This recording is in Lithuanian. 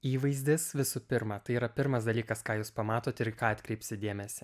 įvaizdis visų pirma tai yra pirmas dalykas ką jūs pamatot ir į ką atkreipsit dėmesį